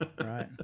Right